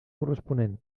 corresponent